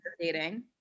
dating